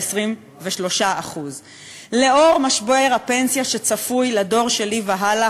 23%. לאור משבר הפנסיה שצפוי לדור שלי והלאה,